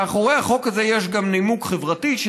מאחורי החוק הזה יש גם נימוק חברתי של